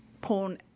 porn